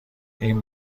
این